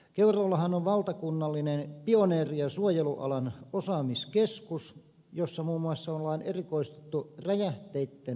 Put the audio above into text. keuruullahan on valtakunnallinen pioneeri ja suojelualan osaamiskeskus jossa muun muassa on erikoistuttu räjähteitten raivaamiseen